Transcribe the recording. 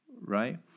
right